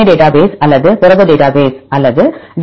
ஏ டேட்டாபேஸ்அல்லது புரத டேட்டாபேஸ்அல்லது டி